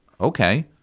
okay